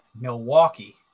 Milwaukee